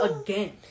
again